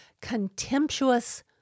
contemptuous